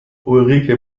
ulrike